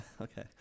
Okay